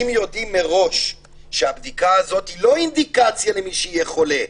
אם יודעים מראש שהבדיקה הזאת היא לא אינדיקציה למי שיהיה חולה,